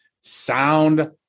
sound